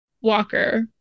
Walker